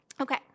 Okay